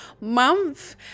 month